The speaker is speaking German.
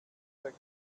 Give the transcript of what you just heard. per